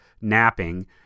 napping